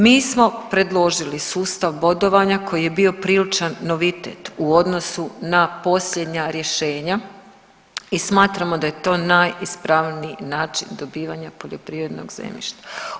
Mi smo predložili sustav bodovanja koji je bio priličan novitet u odnosu na posljednja rješenja i smatramo da je to najispravniji način dobivanja poljoprivrednog zemljišta.